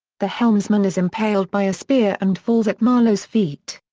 the helmsman is impaled by a spear and falls at marlow's feet.